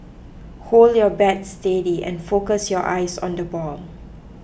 hold your bat steady and focus your eyes on the ball